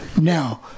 Now